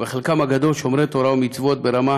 וחלקם הגדול שומרי תורה ומצוות ברמה